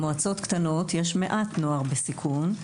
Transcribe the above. במועצות קטנות יש מעט נוער בסיכון.